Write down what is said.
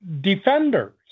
defenders